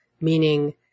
meaning